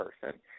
person